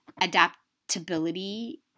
Adaptability